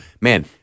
man